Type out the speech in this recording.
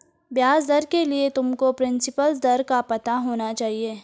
ब्याज दर के लिए तुमको प्रिंसिपल दर का पता होना चाहिए